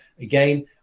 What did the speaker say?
again